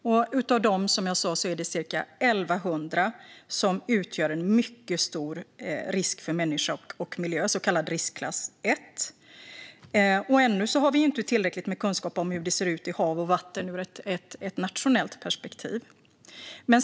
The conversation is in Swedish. Av dem utgör som sagt cirka 1 100 en mycket stor risk för människa och miljö, så kallad riskklass 1. Ännu har vi inte tillräckligt med kunskap om hur det ser ut i hav och vatten ur ett nationellt perspektiv.